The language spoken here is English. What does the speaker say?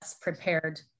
prepared